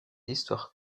histoires